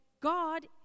God